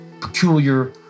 peculiar